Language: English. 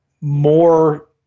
more